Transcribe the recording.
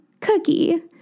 cookie